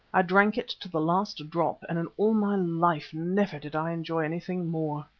i drank it to the last drop, and in all my life never did i enjoy anything more.